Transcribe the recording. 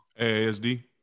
AASD